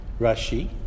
Rashi